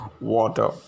water